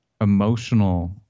emotional